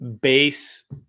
Base